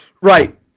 Right